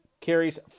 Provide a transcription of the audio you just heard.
carries